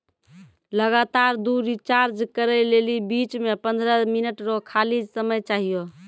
लगातार दु रिचार्ज करै लेली बीच मे पंद्रह मिनट रो खाली समय चाहियो